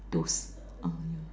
those uh yeah